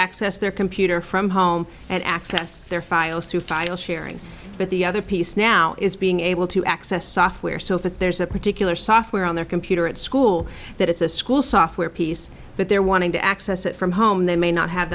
access their computer from home and access their files to file sharing but the other piece now is being able to access software so if there's a particular software on their computer at school that it's a school software piece but they're wanting to access it from home they may not have